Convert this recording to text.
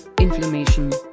inflammation